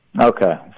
Okay